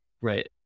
Right